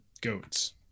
goats